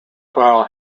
file